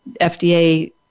FDA